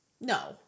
No